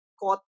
caught